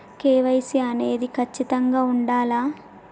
KYC అనేది ఖచ్చితంగా ఉండాలా?